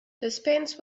dispense